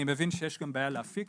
אני מבין שיש גם בעיה להפיק